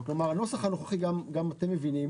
כלומר, גם אתם מבינים